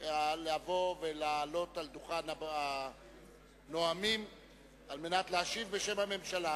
לבוא ולעלות על דוכן הנואמים על מנת להשיב בשם הממשלה,